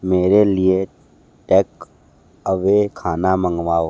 मेरे लिए टेकअवे खाना मँगवाओ